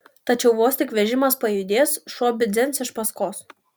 tačiau vos tik vežimas pajudės šuo bidzens iš paskos